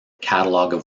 catalogue